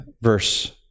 verse